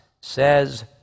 says